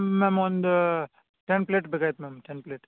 ma'am ಒಂದು ten plate ಬೇಕಾಗಿತ್ತು ma'am ten plate